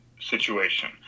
situation